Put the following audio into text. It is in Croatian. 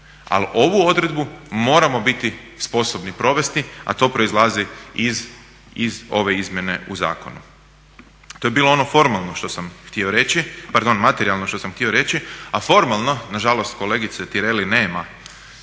ali ovu odredbu moramo biti sposobni provesti, a to proizlazi iz ove izmjene u zakonu. To je bilo ono formalno što sam htio reći, pardon materijalno što sam htio reći, a formalno, nažalost kolegice Tireli nema,